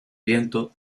viento